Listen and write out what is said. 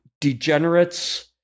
degenerates